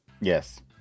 Yes